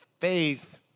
Faith